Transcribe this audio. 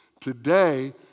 Today